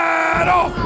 Battle